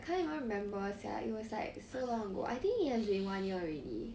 I can't even remember sia it was like so long ago I think it has been one year already